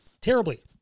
terribly